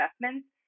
investments